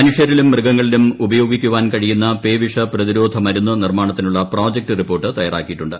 മനുഷൃരിലും മൃഗങ്ങളിലും ഉപയോഗിക്കുവാൻ കഴിയുന്ന പേവിഷ പ്രതിരോധ മരുന്നു നിർമ്മാണത്തിനുളള പ്രോജക്ട് റിപ്പോർട്ട് തയ്യാറാക്കിയിട്ടുണ്ട്